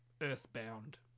Earthbound